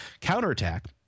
counter-attack